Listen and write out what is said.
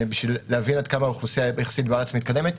בשביל להבין עד כמה האוכלוסייה בארץ יחסית מתקדמת,